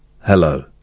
Hello